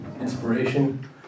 inspiration